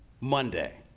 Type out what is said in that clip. Monday